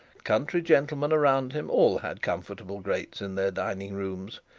country gentlemen around him, all had comfortable grates in their dining-rooms.